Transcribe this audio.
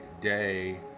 day